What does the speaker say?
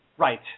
Right